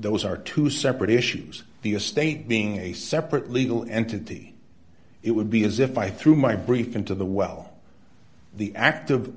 those are two separate issues the estate being a separate legal entity it would be as if i threw my brief into the well the active